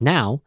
Now